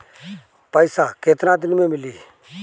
पैसा केतना दिन में मिली?